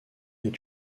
est